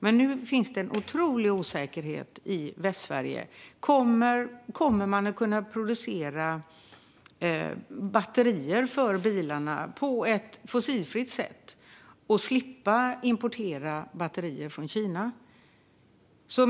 Men nu finns det en otrolig osäkerhet i Västsverige: Kommer man att kunna producera batterier för bilarna på ett fossilfritt sätt och slippa importera batterier från Kina?